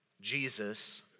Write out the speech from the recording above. Jesus